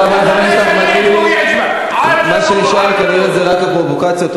מה שנשאר, כנראה, זה רק הפרובוקציות.